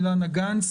אילנה גנס,